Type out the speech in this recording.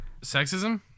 sexism